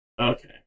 Okay